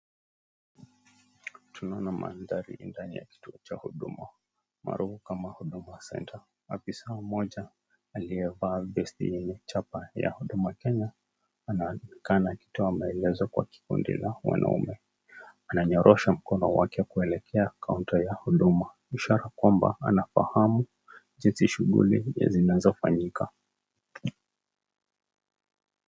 Tunaona mandhari ni ndani ya kituo cha huduma, almaarufu kama Huduma Centre. Afisa mmoja aliyevaa vesti yenye chapa ya Huduma Kenya, anakaa anatoa maelezo kwa kikundi la wanaume. Ananyorosha mkono wake kuelekea kaunta ya huduma, ishara kwamba anafahamu jinsi shughuli zinazofanyika.